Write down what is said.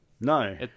No